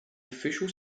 official